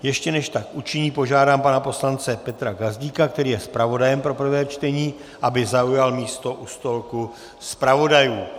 Ještě než tak učiní, požádám pana poslance Petra Gazdíka, který je zpravodajem pro prvé čtení, aby zaujal místo u stolku zpravodajů.